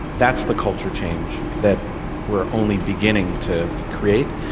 that's the culture change that we are only beginning to create,